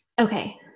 Okay